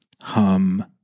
hum